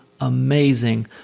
amazing